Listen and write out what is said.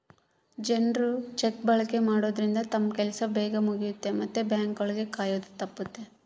ಜನ್ರು ಚೆಕ್ ಬಳಕೆ ಮಾಡೋದ್ರಿಂದ ತಮ್ ಕೆಲ್ಸ ಬೇಗ್ ಮುಗಿಯುತ್ತೆ ಮತ್ತೆ ಬ್ಯಾಂಕ್ ಒಳಗ ಕಾಯೋದು ತಪ್ಪುತ್ತೆ